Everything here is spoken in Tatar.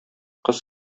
кыз